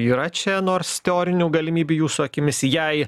yra čia nors teorinių galimybių jūsų akimis jai